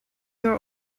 your